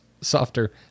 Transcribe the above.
softer